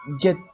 get